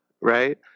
right